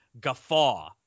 guffaw